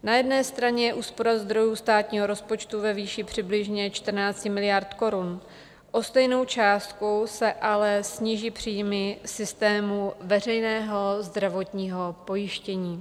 Na jedné straně úspora zdrojů státního rozpočtu ve výši přibližně 14 miliard korun, o stejnou částku se ale sníží příjmy systému veřejného zdravotního pojištění.